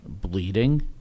bleeding